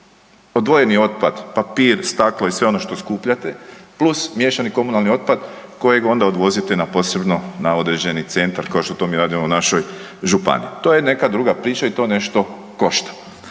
odvojeni otpad papir, staklo i sve ono što skupljate plus miješani komunalni otpad kojeg onda odvozite na posebno na određeni centar kao što to mi radimo u našoj županiji. To je neka druga priča i to nešto košta.